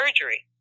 surgery